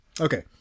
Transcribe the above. Okay